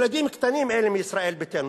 ילדים קטנים, אלה מישראל ביתנו.